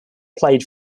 played